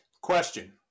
Question